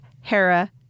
Hera